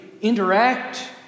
interact